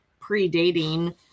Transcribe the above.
predating